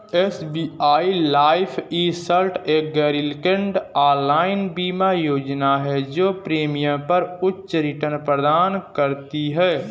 SBI life e shield एक गैरलिंक्ड online बीमा योजना है जो प्रीमियम पर उच्च रिटर्न प्रदान करती है